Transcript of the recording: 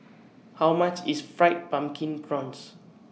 How much IS Fried Pumpkin Prawns